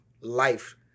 life